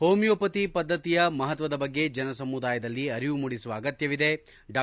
homeopathy ಪದ್ದತಿಯ ಮಹತ್ವದ ಬಗ್ಗೆ ಜನಸಮುದಾಯದಲ್ಲಿ ಅರಿವು ಮೂಡಿಸುವ ಅಗತ್ವವಿದೆ ಡಾ